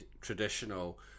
traditional